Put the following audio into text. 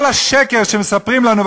כל השקר שמספרים לנו,